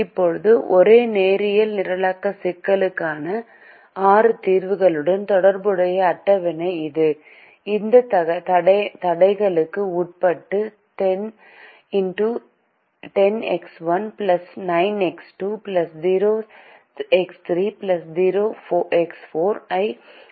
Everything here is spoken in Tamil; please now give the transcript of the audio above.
இப்போது ஒரே நேரியல் நிரலாக்க சிக்கலுக்கான ஆறு தீர்வுகளுடன் தொடர்புடைய அட்டவணை இது இந்த தடைகளுக்கு உட்பட்டு 10X1 9X2 0X3 0X4 ஐ அதிகரிக்கிறது